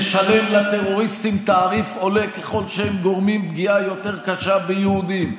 משלם לטרוריסטים תעריף עולה ככל שהם גורמים פגיעה יותר קשה ביהודים,